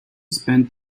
spent